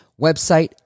website